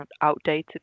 outdated